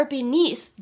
Beneath